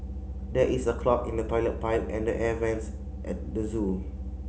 there is a clog in the toilet pipe and the air vents at the zoo